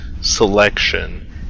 selection